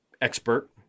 expert